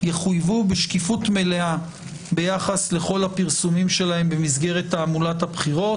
יחויבו בשקיפות מלאה ביחס לכל הפרסומים שלהן במסגרת תעמולת הבחירות.